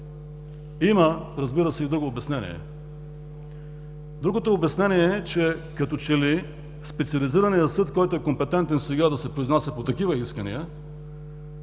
Има, разбира се, и друго обяснение. Другото обяснение е, че като че ли в Специализирания съд, който е компетентен сега да се произнася по такива искания,